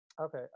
okay